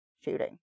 shooting